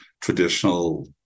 traditional